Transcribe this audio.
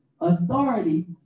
authority